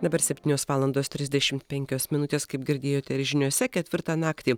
dabar septynios valandos trisdešimt penkios minutės kaip girdėjote ir žiniose ketvirtą naktį